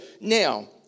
now